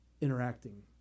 interacting